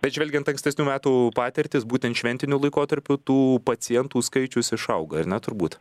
bet žvelgiant ankstesnių metų patirtis būtent šventiniu laikotarpiu tų pacientų skaičius išauga ar ne turbūt